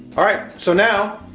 alright, so now,